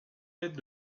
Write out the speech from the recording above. mètres